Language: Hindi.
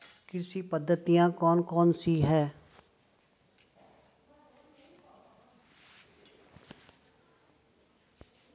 कृषि पद्धतियाँ कौन कौन सी हैं?